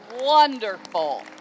wonderful